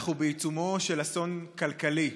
אנחנו בעיצומו של אסון כלכלי.